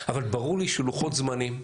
אבל ברור לי שלוחות זמנים,